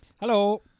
Hello